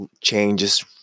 changes